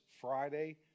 Friday